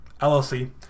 LLC